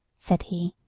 said he,